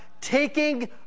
taking